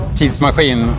tidsmaskin